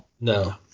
No